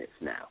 now